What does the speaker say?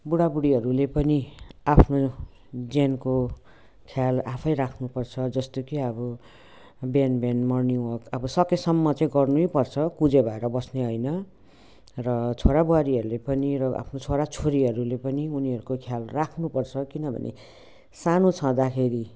बुढाबुढीहरूले पनि आफ्नो ज्यानको ख्याल आफै राख्नुपर्छ जस्तो कि अब बिहान बिहान मर्निङ वक अब सकेसम्म चाहिँ गर्नैपर्छ कुँजे भएर बस्ने होइन र छोराबुहारीहरूले पनि आफ्नो छोराछोरीहरूले पनि उनीहरूको ख्याल राख्नुपर्छ किनभने सानो छँदाखेरि